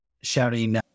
shouting